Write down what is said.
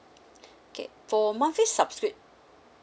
okay for monthly subscrip~